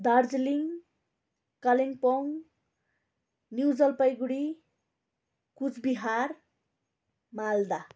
Darjeeling Kalimpong New Jalpaiguri Cooch Behar Malda